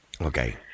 Okay